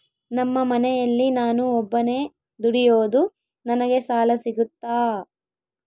ನಮ್ಮ ಮನೆಯಲ್ಲಿ ನಾನು ಒಬ್ಬನೇ ದುಡಿಯೋದು ನನಗೆ ಸಾಲ ಸಿಗುತ್ತಾ?